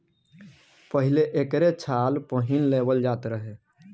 पहिले एकरे छाल पहिन लेवल जात रहे